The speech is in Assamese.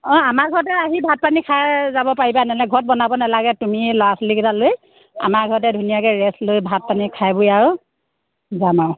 অ' আমাৰ ঘৰতে আহি ভাত পানী খাই যাব পাৰিবা নহ'লে ঘৰত বনাব নালাগে তুমিয়ে ল'ৰা ছোৱালী কেইটা লৈ আমাৰ ঘৰতে ধুনীয়াকৈ ৰেষ্ট লৈ ভাত পানী খাই বৈ আৰু যাম আৰু